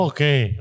Okay